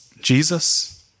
Jesus